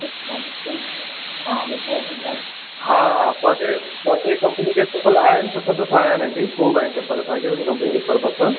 हा हा ॿ टे ॿ टे कंपनी जा चंपल आया आइन सुठा सुठा आया आहिनि आंटी खूब आहिनि चप्पल असांखे उन कंपनी जे पर्पज़ सां